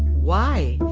why?